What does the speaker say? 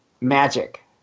magic